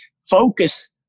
focus